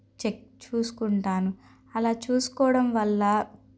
check చూసుకుంటాను అలా చూసుకోవడం వల్ల